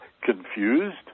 Confused